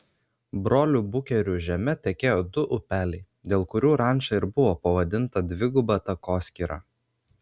brolių bukerių žeme tekėjo du upeliai dėl kurių ranča ir buvo pavadinta dviguba takoskyra